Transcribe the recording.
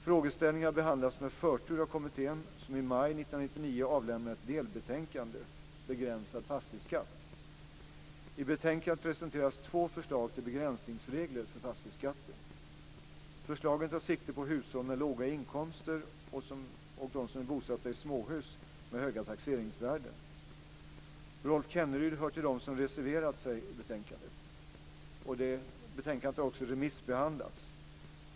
Frågeställningen har behandlats med förtur av kommittén, som i maj 1999 avlämnade ett delbetänkande, Begränsad fastighetsskatt. I betänkandet presenteras två förslag till begränsningsregler för fastighetsskatten. Förslagen tar sikte på hushåll med låga inkomster som är bosatta i småhus med höga taxeringsvärden. Rolf Kenneryd hör till dem som reserverat sig mot betänkandet. Betänkandet har remissbehandlats.